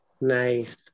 Nice